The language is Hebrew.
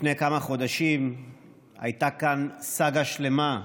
לפני כמה חודשים הייתה כאן סאגה שלמה,